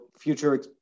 Future